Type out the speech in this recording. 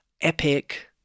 epic